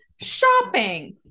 shopping